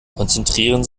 konzentrieren